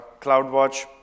CloudWatch